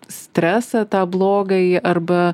stresą tą blogąjį arba